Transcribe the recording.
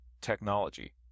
technology